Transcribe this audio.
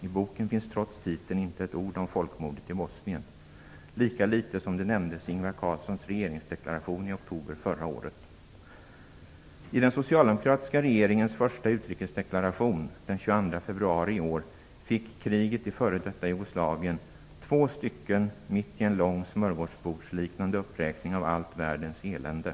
I boken finns trots titeln inte ett ord om folkmordet i Bosnien - lika litet som det nämndes i Ingvar Carlssons regeringsdeklaration i oktober förra året. I den socialdemokratiska regeringens första utrikesdeklaration den 22 februari i år ägnades "kriget i f.d. Jugoslavien" två stycken mitt i en lång smörgårdsbordsliknande uppräkning av allt världens elände.